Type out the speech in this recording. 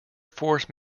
force